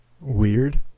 weird